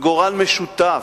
וגורל משותף,